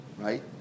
right